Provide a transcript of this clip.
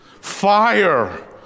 fire